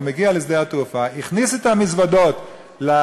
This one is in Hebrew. הוא הגיע לשדה-התעופה, הכניס את המזוודות למטוס,